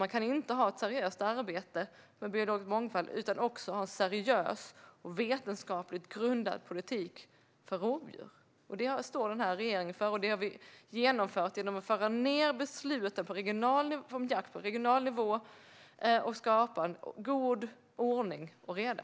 Man kan inte ha ett seriöst arbete med biologisk mångfald utan att också ha en seriös och vetenskapligt grundad politik för rovdjur. Det står denna regering för, och det har vi genomfört genom att föra ned besluten om jakt på regional nivå och skapa ordning och reda.